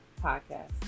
podcast